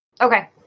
Okay